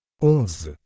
Onze